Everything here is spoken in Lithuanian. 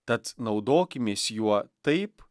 tad naudokimės juo taip